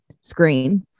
screen